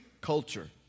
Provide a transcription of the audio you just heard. culture